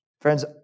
Friends